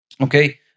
Okay